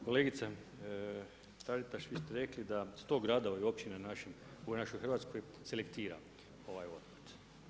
Kolegice Taritaš, vi ste rekli da sto gradova i općina u našoj Hrvatskoj selektira ovaj otpad.